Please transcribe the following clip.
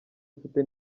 afite